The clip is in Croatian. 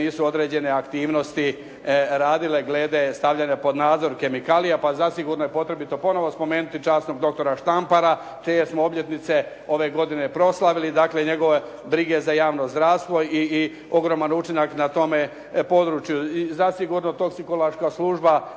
nisu određene aktivnosti radile glede stavljanja pod nadzora kemikalija, pa zasigurno je potrebito ponovo spomenuti časnog doktora Štampara čije smo obljetnice ove godine proslavili. Dakle, njegove brige za javno zdravstvo i ogroman učinak na tome području. I zasigurno toksikološka služba